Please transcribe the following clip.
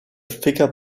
figure